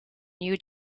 new